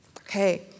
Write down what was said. Okay